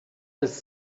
des